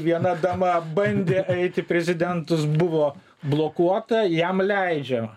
viena dama bandė eit į prezidentus buvo blokuota jam leidžia